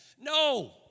No